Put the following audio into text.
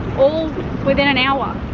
all within an hour.